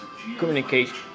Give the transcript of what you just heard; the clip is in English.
Communication